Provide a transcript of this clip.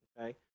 okay